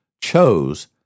chose